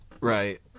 Right